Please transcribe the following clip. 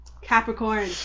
Capricorn